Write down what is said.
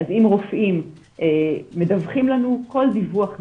אז אם רופאים מדווחים לנו, כל דיווח נכנס,